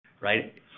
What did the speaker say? right